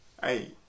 hey